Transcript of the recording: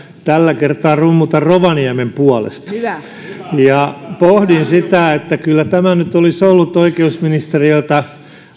tällä kertaa rummutan rovaniemen puolesta pohdin sitä että kyllä tämä nyt olisi ollut oikeusministeriöltä